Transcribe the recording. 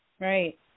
Right